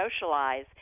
socialize